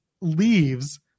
leaves